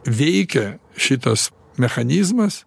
veikia šitas mechanizmas